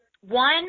one